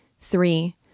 Three